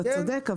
אתה צודק.